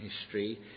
history